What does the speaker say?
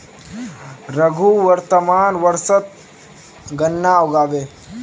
रघु वर्तमान वर्षत गन्ना उगाबे